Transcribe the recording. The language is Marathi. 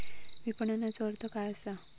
विपणनचो अर्थ काय असा?